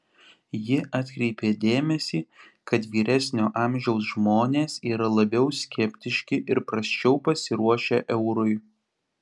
ji atkreipė dėmesį kad vyresnio amžiaus žmonės yra labiau skeptiški ir prasčiau pasiruošę eurui